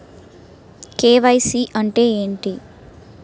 KYC అంటే ఏంటి?